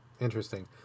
Interesting